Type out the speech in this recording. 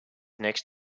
next